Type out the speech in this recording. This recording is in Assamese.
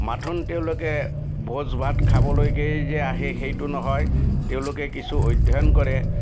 মাথোন তেওঁলোকে ভোজ ভাত খাবলৈকেই যে আহে সেইটো নহয় তেওঁলোকে কিছু অধ্যয়ন কৰে